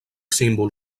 símbol